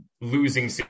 losing